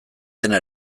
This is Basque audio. dena